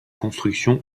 construction